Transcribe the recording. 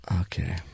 Okay